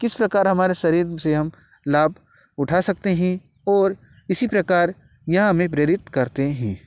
किस प्रकार हमारे शरीर से हम लाभ उठा सकते हैं और इसी प्रकार यह हमें प्रेरित करते हैं